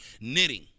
knitting